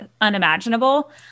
unimaginable